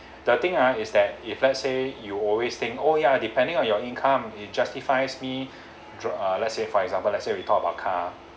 the thing ah is that if let's say you always think oh yeah depending on your income it justifies me to let's say for example let's say we talk about car